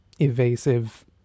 evasive